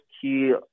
key